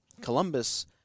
Columbus